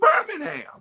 Birmingham